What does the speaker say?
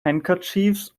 handkerchiefs